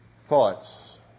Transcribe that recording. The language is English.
Thoughts